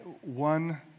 one